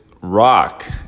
rock